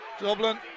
Dublin